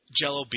Jello